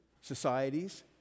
societies